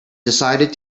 decided